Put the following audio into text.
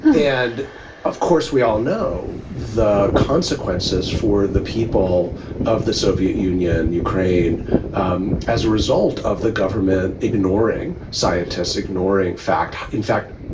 and of course, we all know the consequences for the people of the soviet union, ukraine um as a result of the government, ignoring scientists, ignoring fact, in fact,